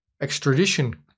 extradition